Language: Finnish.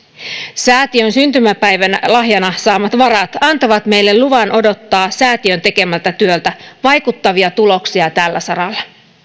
säätiön syntymäpäivälahjana saamat varat antavat meille luvan odottaa säätiön tekemältä työltä vaikuttavia tuloksia tällä saralla